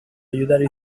aiutare